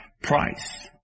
price